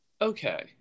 Okay